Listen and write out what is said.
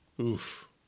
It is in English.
Oof